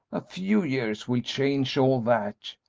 a few years will change all that.